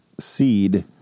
seed